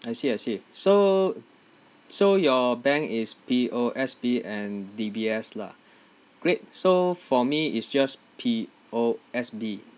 I see I see so so your bank is P_O_S_B and D_B_S lah great so for me it's just P_O_S_B